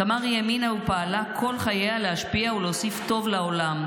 "תמרי האמינה ופעלה כל חייה להשפיע ולהוסיף טוב לעולם,